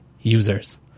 users